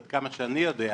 עד כמה שאני יודע,